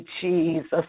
Jesus